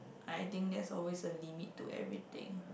I think there's always a limit to everything